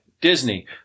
Disney